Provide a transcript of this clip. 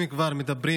אם כבר מדברים